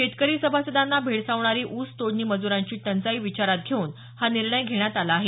शेतकरी सभासदांना भेडसावणारी ऊस तोडणी मजुरांची टंचाई विचारात घेऊन हा निर्णय घेण्यात आला आहे